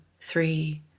three